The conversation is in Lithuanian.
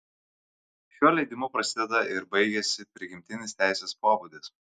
šiuo leidimu prasideda ir baigiasi prigimtinis teisės pobūdis